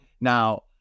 Now